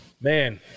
Man